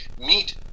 meet